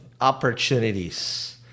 opportunities